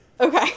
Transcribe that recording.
Okay